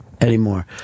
anymore